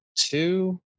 two